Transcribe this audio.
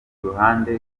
ruhande